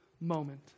moment